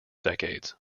decades